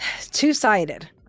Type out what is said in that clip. two-sided